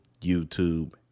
YouTube